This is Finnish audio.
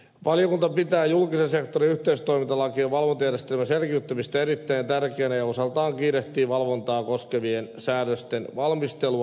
valiokunta pitää julkisen sektorin yhteistoimintalakien valvontajärjestelmän selkiyttämistä erittäin tärkeänä ja osaltaan kiirehtii valvontaa koskevien säädösten valmistelua